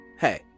Hey